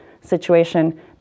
situation